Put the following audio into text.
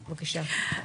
בבקשה.